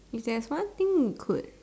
if there's one thing you could